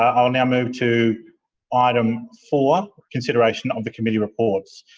i will now move to item four consideration of the committee reports.